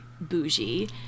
bougie